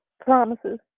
Promises